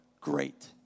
great